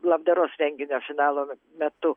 labdaros renginio finalo metu